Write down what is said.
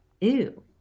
Ew